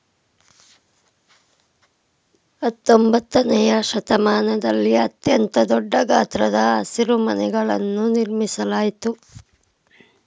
ಹತ್ತೊಂಬತ್ತನೆಯ ಶತಮಾನದಲ್ಲಿ ಅತ್ಯಂತ ದೊಡ್ಡ ಗಾತ್ರದ ಹಸಿರುಮನೆಗಳನ್ನು ನಿರ್ಮಿಸಲಾಯ್ತು